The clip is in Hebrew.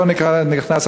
פה נכנס,